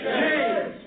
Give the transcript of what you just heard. change